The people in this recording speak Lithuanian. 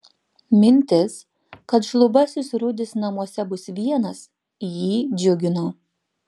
mintis kad šlubasis rudis namuose bus vienas jį džiugino